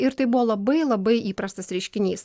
ir tai buvo labai labai įprastas reiškinys